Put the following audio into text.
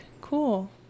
Cool